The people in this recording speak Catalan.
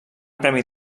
premi